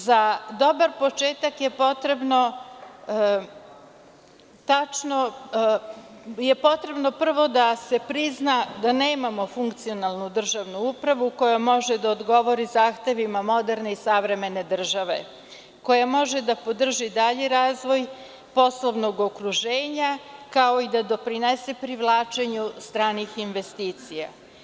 Za dobar početak je potrebno prvo da se prizna da nemamo funkcionalnu državnu upravu koja može da odgovori zahtevima moderne i savremene države, koja može da podrži dalji razvoj poslovnog okruženja, kao i da doprinese privlačenju stranih investicija.